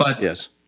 yes